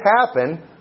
happen